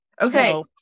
Okay